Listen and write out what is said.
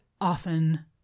often